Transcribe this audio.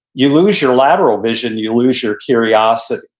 you lose your lateral vision, you lose your curiosity.